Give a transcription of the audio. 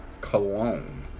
cologne